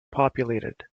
populated